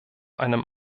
einem